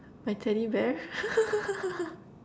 my teddy bear